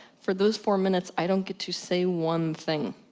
for those four minutes i don't get to say one thing.